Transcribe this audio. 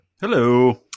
Hello